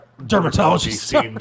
dermatology